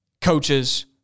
coaches